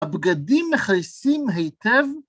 הבגדים מכסים היטב